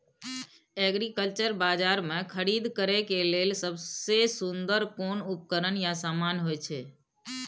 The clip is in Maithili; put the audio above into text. एग्रीकल्चर बाजार में खरीद करे के लेल सबसे सुन्दर कोन उपकरण या समान होय छै?